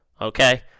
okay